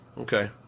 Okay